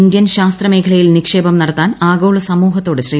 Indian ശാസ്ത്ര മേഖലയിൽ നിക്ഷേപം നടത്താൻ ആഗോള സമൂഹത്തോട് ശ്രീ